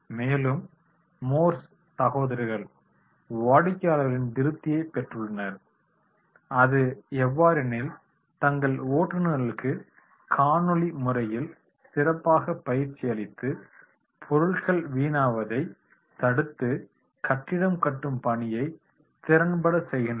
மேலும் மோர்ஸ் சகோதரர்கள் வாடிக்கையாளர்களின் திருப்தியை பெற்றுள்ளனர் அது எவ்வாறெனில் தங்கள் ஓட்டுநர்களுக்கு காணொளி முறையில் சிறப்பாக பயிற்சி அளித்து பொருட்கள் வீணாவதைத் தடுத்து கட்டிடம் கட்டும் பணியை திறன்பட செய்கின்றனர்